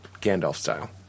Gandalf-style